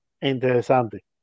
Interesante